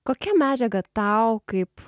kokia medžiaga tau kaip